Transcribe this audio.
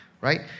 Right